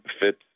fits